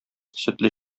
сөтле